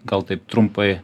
gal taip trumpai